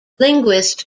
linguist